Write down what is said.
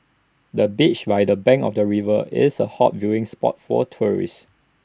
the bench by the bank of the river is A hot viewing spot for tourists